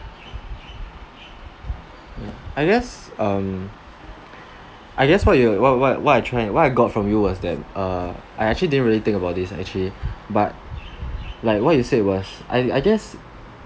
I guess um I guess what you what what what I try what I got from you was that uh I actually didn't really think about this lah actually but like what you said was I I guess